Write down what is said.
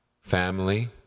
family